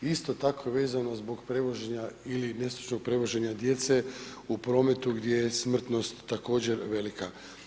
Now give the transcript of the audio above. I isto tako vezano zbog prevoženja ili nestručnog prevoženja djece u prometu gdje je smrtnost također velika.